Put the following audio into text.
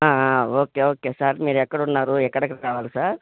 okay okay sir మీరు ఎక్కడున్నారు ఎక్కడకి రావాలి సార్